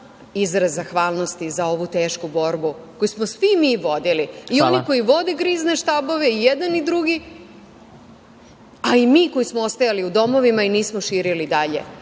izraz zahvalnosti za ovu tešku borbu koju smo svi mi vodili i oni koji vode krizne štabove i jedan i drugi, a i mi koji smo ostajali u domovima i nismo širili dalje